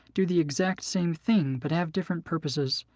do the exact same thing, but have different purposes.